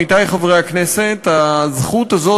עמיתי חברי הכנסת: הזכות הזאת,